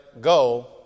go